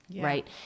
right